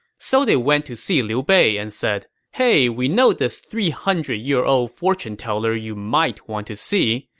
so they went to see liu bei and said, hey we know this three hundred year old fortune-teller you might want to see,